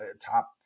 top